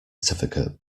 certificate